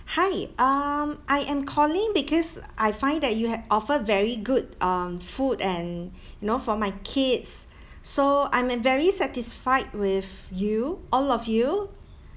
hi um I am calling because I find that you have offer very good um food and you know for my kids so I'm very satisfied with you all of you